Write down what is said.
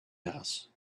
house